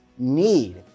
Need